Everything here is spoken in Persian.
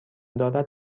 دارد